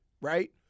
right